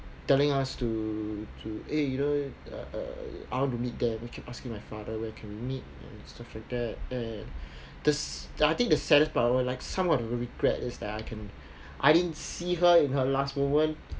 telling us to to eh you know uh I want to meet them you can asking my father we can meet stuff like that uh the I think like the saddest part of it all some of the regret is that I can I didn't see her in her last moment